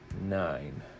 nine